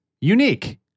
unique